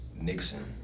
Nixon